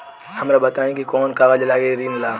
हमरा बताई कि कौन कागज लागी ऋण ला?